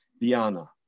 Diana